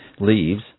leaves